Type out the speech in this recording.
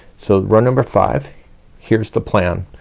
so row number five here's the plan.